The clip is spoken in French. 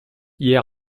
hier